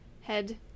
head